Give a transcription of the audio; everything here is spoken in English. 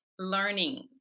learning